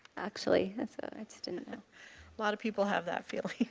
actually. a lot of people have that feeling.